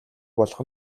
болох